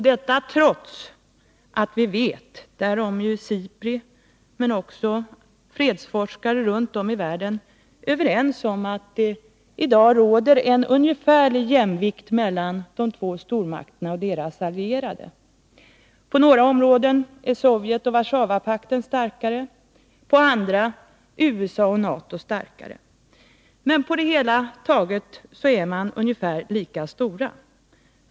Detta sker trots att vi vet — därom är SIPRI och fredsforskare runt om i världen överens — att det i dag råder en ungefärlig jämvikt mellan de två stormakterna och deras allierade. På några områden är Sovjet och Warszawapakten starkare, på andra områden USA och NATO. Men på det hela taget är man ungefär lika stora.